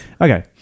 Okay